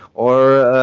or